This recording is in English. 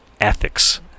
ethics